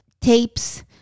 tapes